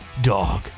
Dog